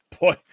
Boy